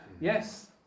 Yes